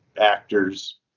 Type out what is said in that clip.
actors